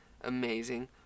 amazing